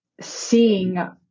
seeing